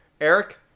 Eric